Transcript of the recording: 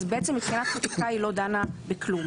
אז מבחינת חקיקה היא לא דנה בכלום.